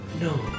No